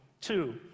Two